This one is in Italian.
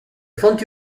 fonti